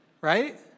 right